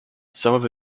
some